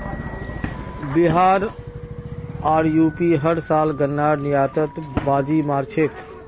बिहार आर यू.पी हर साल गन्नार निर्यातत बाजी मार छेक